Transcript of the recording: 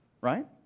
right